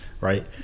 right